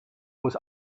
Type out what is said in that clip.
was